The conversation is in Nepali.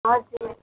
हजुर